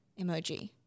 emoji